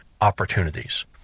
opportunities